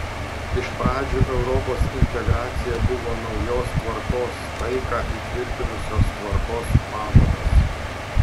iš pradžių europos integracija buvo naujos tvarkos taiką įtvirtinusios tvarkos pažadas